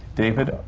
david,